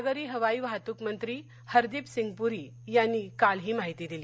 नागरी हवाई वाहतूक मंत्री हरदीप सिंग पूरी यांनी आज ही माहिती दिली